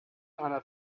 einer